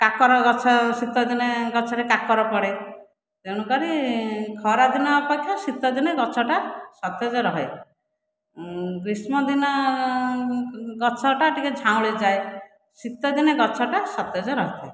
କାକର ଗଛ ଶୀତଦିନେ ଗଛରେ କାକର ପଡ଼େ ତେଣୁକରି ଖରାଦିନ ଅପେକ୍ଷା ଶୀତଦିନେ ଗଛଟା ସତେଜ ରହେ ଗ୍ରୀଷ୍ମଦିନ ଗଛଟା ଟିକିଏ ଝାଉଁଳିଯାଏ ଶୀତଦିନେ ଗଛଟା ସତେଜ ରହିଥାଏ